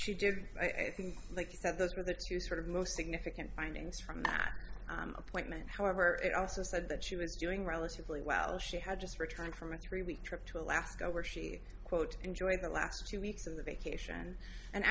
she did i think like you said those are the two sort of most significant findings from that appointment however it also said that she was doing relatively well she had just returned from a three week trip to alaska where she quo enjoy the last two weeks of the vacation and